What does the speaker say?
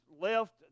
left